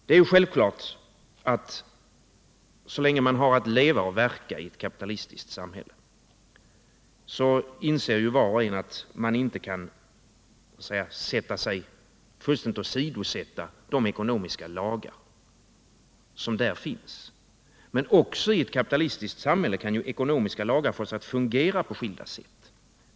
Det är självklart att så länge vi lever och verkar i ett kapitalistiskt samhälle så måste var och en inse att man inte kan fullständigt åsidosätta de ekonomiska lagar som där finns. Men också i ett kapitalistiskt samhälle kan ekonomiska lagar fås att fungera på skilda sätt.